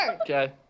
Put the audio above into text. Okay